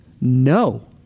No